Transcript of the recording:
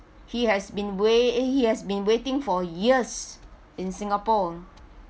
he has been wa~ he has been waiting for years in singapore